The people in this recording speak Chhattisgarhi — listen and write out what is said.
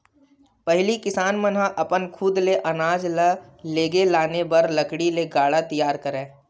पहिली किसान मन ह अपन खुद ले अनाज ल लेगे लाने बर लकड़ी ले गाड़ा तियार करय